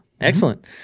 Excellent